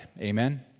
Amen